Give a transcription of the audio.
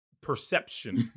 perception